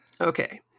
okay